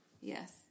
Yes